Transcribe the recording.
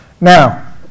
Now